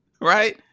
right